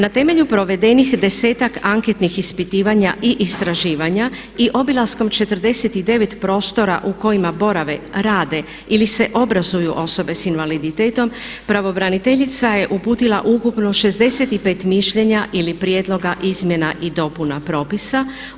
Na temelju provedenih 10-ak anketnih ispitivanja i istraživanja i obilaskom 49 prostora u kojima borave, rade ili se obrazuju osobe sa invaliditetom pravobraniteljica je uputila ukupno 65 mišljenja ili prijedloga izmjena i dopuna propisa.